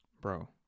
Bro